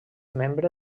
membre